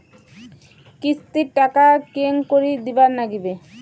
কিস্তির টাকা কেঙ্গকরি দিবার নাগীবে?